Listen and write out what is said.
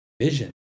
vision